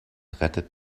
rettet